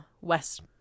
West